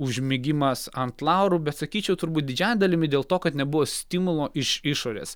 užmigimas ant laurų bet sakyčiau turbūt didžiąja dalimi dėl to kad nebuvo stimulo iš išorės